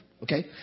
Okay